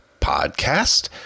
podcast